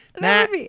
matt